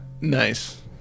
nice